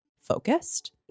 focused